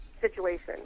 situation